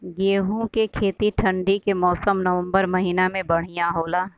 गेहूँ के खेती ठंण्डी के मौसम नवम्बर महीना में बढ़ियां होला?